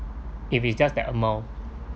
if it's just that amount